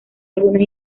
algunas